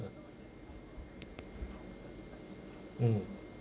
mm